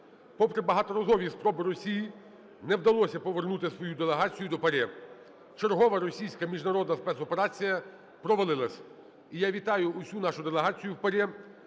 Попри багаторазові спроби Росії не вдалося повернути свою делегацію до ПАРЄ. Вчергове російська міжнародна спецоперація провалилася, і я вітаю усю нашу делегацію в ПАРЄ